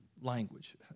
language